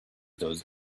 those